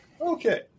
Okay